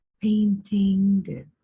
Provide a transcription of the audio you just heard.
painting